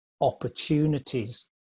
opportunities